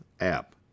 app